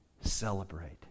celebrate